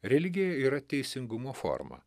religija yra teisingumo forma